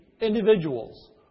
individuals